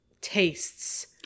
tastes